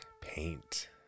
Paint